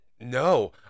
no